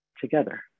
together